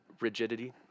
rigidity